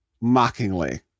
mockingly